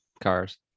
cars